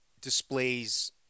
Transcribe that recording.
displays